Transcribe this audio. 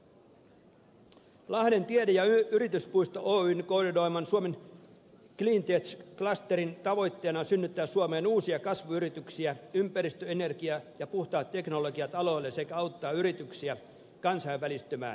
lahden tiede ja yrityspuisto oyn koordinoiman suomen cleantech klusterin tavoitteena on synnyttää suomeen uusia kasvuyrityksiä ympäristö energia ja puhtaat teknologiat aloille sekä auttaa yrityksiä kansainvälistymään